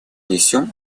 несем